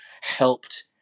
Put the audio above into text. helped